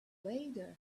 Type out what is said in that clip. vader